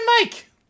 Mike